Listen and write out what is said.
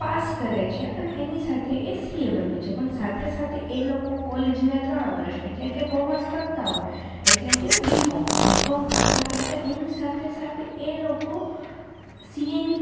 pass કરે છે અને એની સાથે એ સીએ બને છે પણ સાથે સાથે એ લોકો કોલેજના ત્રણ વરસ એટલે કે કોમર્સ કરતાં હોય એટલે કે બીકોમ બીકોમ કરતાં કરતાં એની સાથે સાથે એ લોકો સીએની